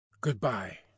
good-bye